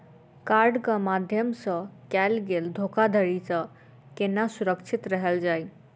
कार्डक माध्यम सँ कैल गेल धोखाधड़ी सँ केना सुरक्षित रहल जाए?